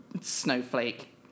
snowflake